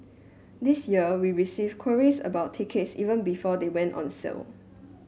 this year we received queries about tickets even before they went on sale